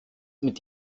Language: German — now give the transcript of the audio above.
mit